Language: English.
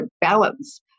balance